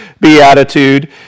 beatitude